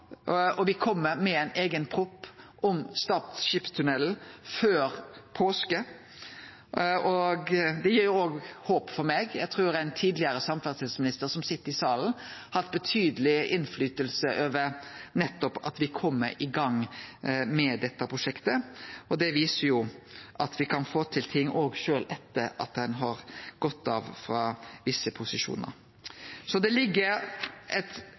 og me kjem med ein eigen proposisjon om Stad skipstunnel før påske. Det gir òg håp for meg. Eg trur ein tidlegare samferdselsminister som sit i salen, har hatt betydeleg innverknad på nettopp at me kjem i gang med dette prosjektet. Det viser at ein kan få til ting òg sjølv etter at ein har gått av frå visse posisjonar. Så det ligg